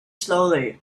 slowly